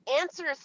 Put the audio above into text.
answers